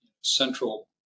central